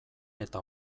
eta